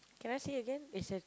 can I see again is it